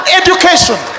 education